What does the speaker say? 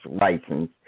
license